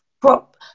prop